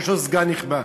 יש לו סגן נכבד.